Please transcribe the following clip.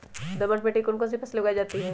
दोमट मिट्टी कौन कौन सी फसलें उगाई जाती है?